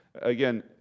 Again